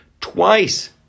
Twice